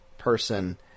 person